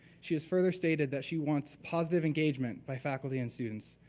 she has further stated that she wants positive engagement by faculty and students.